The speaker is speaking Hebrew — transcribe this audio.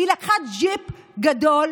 היא לקחה ג'יפ גדול,